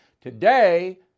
Today